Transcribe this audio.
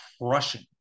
crushing